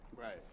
Right